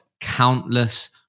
countless